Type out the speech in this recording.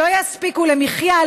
שלא יספיקו למחיה,